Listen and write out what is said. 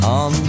on